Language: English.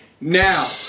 now